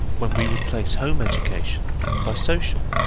when we replace home education by social.